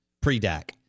pre-DAC